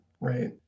right